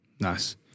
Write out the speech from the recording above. Nice